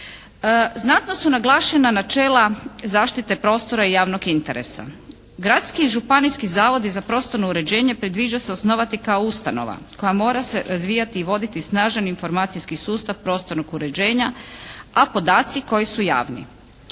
Znatno su naglašena načela zaštite prostora i javnog interesa. Gradi i županijski zavodi za prostorno uređenje predviđa se osnovati kao ustanova koja mora se razvijati i voditi snažan informacijski sustav prostornog uređenja, a podaci koji su javni.